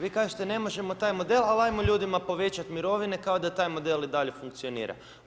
Vi kažete ne možemo taj model, ali jamo ljudima povećati mirovine kao da taj model i dalje funkcionira.